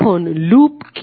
এখন লুপ কি